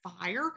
fire